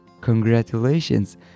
Congratulations